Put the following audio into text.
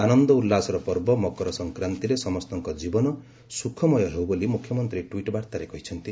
ଆନନ୍ଦ ଉଲ୍ଲାସର ପର୍ବ ମକର ସଂକ୍ରାନ୍ଡରେ ସମସ୍ତଙ୍କ ଜୀବନ ସୁଖମୟ ହେଉ ବୋଲି ମୁଖ୍ୟମନ୍ତୀ ଟ୍ୱିଟ୍ ବାର୍ତ୍ତାରେ କହିଛନ୍ତି